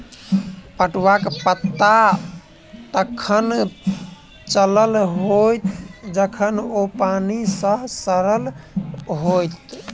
पटुआक पता तखन चलल होयत जखन ओ पानि मे सड़ल होयत